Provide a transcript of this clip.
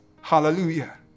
Hallelujah